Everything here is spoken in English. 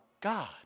God